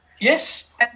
Yes